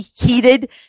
heated